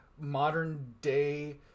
modern-day